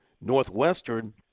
Northwestern